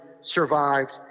survived